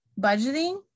budgeting